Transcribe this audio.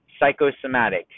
Psychosomatic